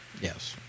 Yes